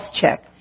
check